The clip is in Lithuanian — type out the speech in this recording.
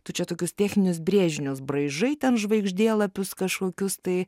tu čia tokius techninius brėžinius braižai ten žvaigždėlapius kažkokius tai